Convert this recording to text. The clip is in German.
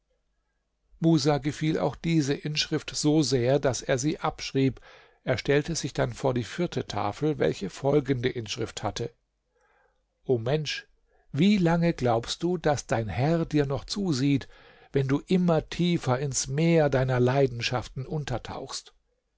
musa gefiel auch diese inschrift so sehr daß er sie abschrieb er stellte sich dann vor die vierte tafel welche folgende inschrift hatte o mensch wie lange glaubst du daß dein herr dir noch zusieht wenn du immer tiefer ins meer deiner leidenschaften untertauchst